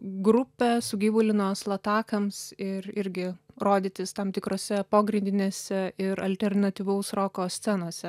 grupę sugyvulinos latakams ir irgi rodytis tam tikrose pogrindinėse ir alternatyvaus roko scenose